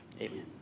Amen